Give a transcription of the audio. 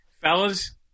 fellas